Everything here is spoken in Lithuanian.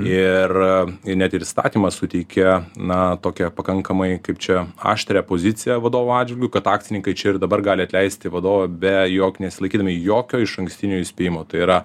ir ir net ir įstatymas suteikia na tokią pakankamai kaip čia aštrią poziciją vadovų atžvilgiu kad akcininkai čia ir dabar gali atleisti vadovą be jog nesilaikydami jokio išankstinio įspėjimo tai yra